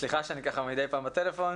סליחה שאני ככה מדי פעם בטלפון,